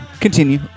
Continue